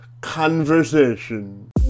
conversation